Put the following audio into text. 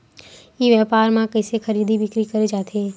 ई व्यापार म कइसे खरीदी बिक्री करे जाथे?